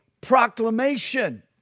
proclamation